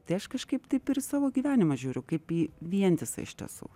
tai aš kažkaip taip ir į savo gyvenimą žiūriu kaip į vientisą iš tiesų